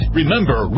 remember